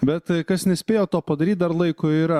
bet kas nespėjo to padaryt dar laiko yra